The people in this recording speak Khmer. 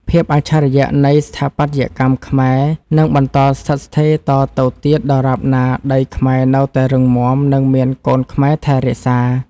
ភាពអច្ឆរិយៈនៃស្ថាបត្យកម្មខ្មែរនឹងបន្តស្ថិតស្ថេរតទៅទៀតដរាបណាដីខ្មែរនៅតែរឹងមាំ និង មានកូនខ្មែរថែរក្សា។